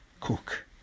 cook